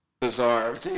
bizarre